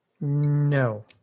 No